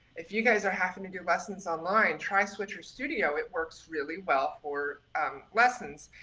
if you guys are having to do lessons online, try switcher studio. it works really well for lessons.